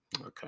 Okay